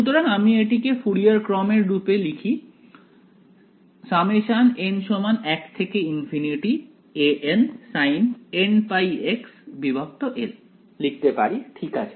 সুতরাং আমি এটিকে ফুরিয়ার ক্রম এর রূপে nsinnπxl লিখতে পারি ঠিক আছে